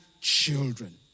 children